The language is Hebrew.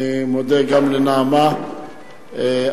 אני מודה גם לנעמה שחר,